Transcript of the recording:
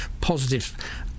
Positive